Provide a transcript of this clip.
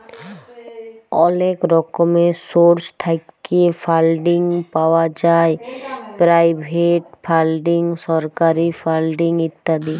অলেক রকমের সোর্স থ্যাইকে ফাল্ডিং পাউয়া যায় পেরাইভেট ফাল্ডিং, সরকারি ফাল্ডিং ইত্যাদি